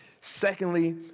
Secondly